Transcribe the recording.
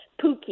Pookie